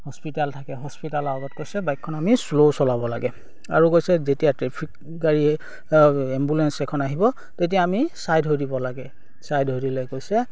hospital থাকে হস্পিতেলৰ আগত কৈছে বাইকখন আমি শ্ল' চলাব লাগে আৰু কৈছে যেতিয়া ট্ৰেফিক গাড়ী এম্বুলেঞ্চ এখন আহিব তেতিয়া আমি ছাইড হৈ দিব লাগে ছাইড হৈ দিলে কৈছে